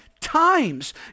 times